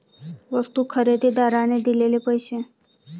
वस्तू खरेदीदाराने दिलेले पैसे